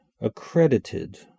accredited